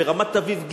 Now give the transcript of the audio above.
ברמת-אביב ג',